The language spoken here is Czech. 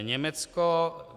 Německo.